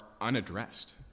unaddressed